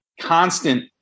constant